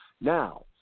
Now